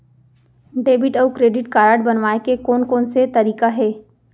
Debit अऊ credit card बनवाए के कोन कोन से तरीका हे?